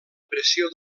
pressió